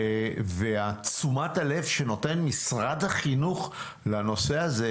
ותשומת הלב שנותן משרד החינוך לנושא הזה,